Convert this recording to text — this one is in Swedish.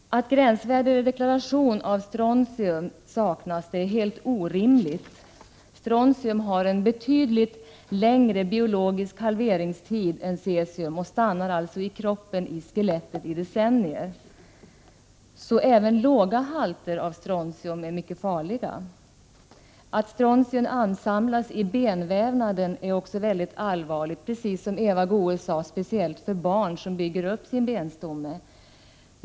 Att gränsvärde eller deklaration av strontium saknas är helt orimligt. Strontium har betydligt längre biologisk halveringstid än cesium och stannar alltså i kroppen, i skelettet, i decennier. Även låga halter av strontium är därför mycket farliga. Att strontium ansamlas i benvävnaden är också mycket allvarligt och speciellt, som Eva Goés sade, för barn, som bygger upp sin benstomme.